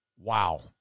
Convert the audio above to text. wow